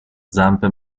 zampe